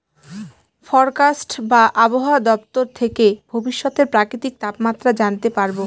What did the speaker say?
forecast বা আবহাওয়া দপ্তর থেকে ভবিষ্যতের প্রাকৃতিক তাপমাত্রা জানতে পারবো